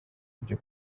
byo